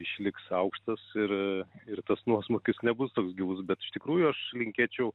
išliks aukštas ir ir tas nuosmukis nebus toks gilus bet iš tikrųjų aš linkėčiau